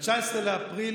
ב-19 באפריל